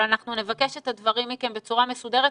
נבקש את הדברים מכם בצורה מסודרת.